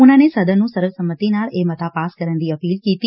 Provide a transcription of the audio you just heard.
ਉਨਾਂ ਨੇ ਸਦਨ ਨੰ ਸਰਵਸੰਮਤੀ ਨਾਲ ਇਹ ਮੱਤਾ ਪਾਸ ਕਰਨ ਦੀ ਅਪੀਲ ਕੀਤੀ